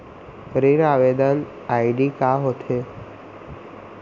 ऋण आवेदन आई.डी का होत हे?